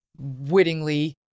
wittingly